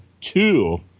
two